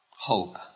Hope